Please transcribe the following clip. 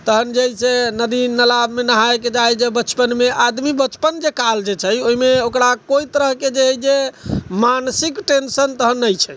तहन जे छै नदी नाला मे नहाय के जाय बचपन मे आदमी बचपन के काल जे छै ओहिमे ओकरा कोइ तरह के जे मानसिक टेंसन तहन नहि छै